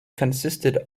consisted